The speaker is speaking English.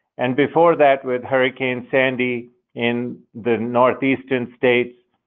and before that, with hurricane sandy in the northeastern states,